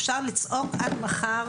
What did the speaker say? אפשר לצעוק עד מחר,